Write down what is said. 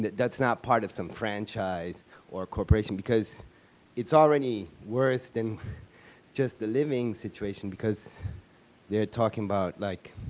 that's not part of some franchise or corporation? because it's already worse than just the living situation because they're talking about, like,